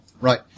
Right